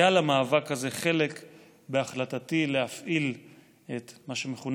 היה למאבק הזה חלק בהחלטתי להפעיל את מה שמכונה